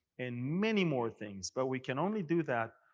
and many more things. but we can only do that,